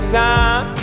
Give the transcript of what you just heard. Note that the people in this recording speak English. time